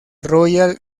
royal